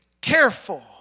careful